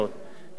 ולכן,